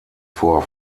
vor